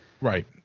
Right